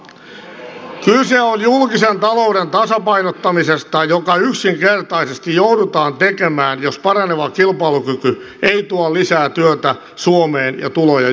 kyse on julkisen talouden tasapainottamisesta joka yksinkertaisesti joudutaan tekemään jos paraneva kilpailukyky ei tuo lisää työtä suomeen ja tuloja julkiseen talouteen